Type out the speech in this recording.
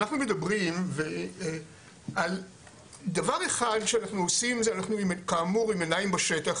אנחנו מדברים על דבר אחד שאנחנו עושים זה כאמור עם עיניים בשטח,